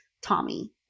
Tommy